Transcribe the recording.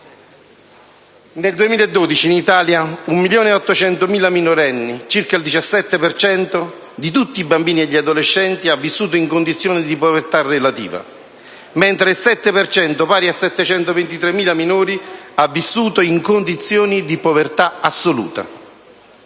nel 2012, in Italia, 1.822 minorenni, pari al 17,6 per cento di tutti i bambini e gli adolescenti, hanno vissuto in condizione di povertà relativa, mentre il 7 per cento, pari a 723.000 minori, ha vissuto in condizioni di povertà assoluta.